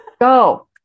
go